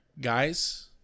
guys